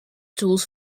tools